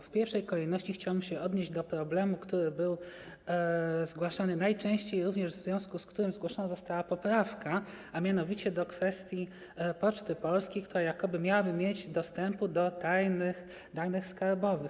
W pierwszej kolejności chciałem odnieść się do problemu, który był zgłaszany najczęściej, w związku z którym zgłoszona została poprawka, mianowicie do kwestii Poczty Polskiej, która jakoby miałaby mieć dostęp do tajnych danych skarbowych.